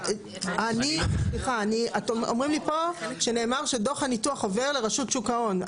אתם אומרים לי פה שנאמר שדוח הניתוח עובר לרשות שוק ההון,